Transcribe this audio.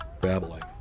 babbling